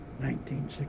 1960